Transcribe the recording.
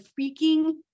freaking